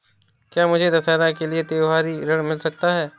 क्या मुझे दशहरा के लिए त्योहारी ऋण मिल सकता है?